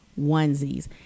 onesies